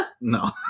no